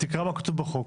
תקרא מה כתוב בחוק.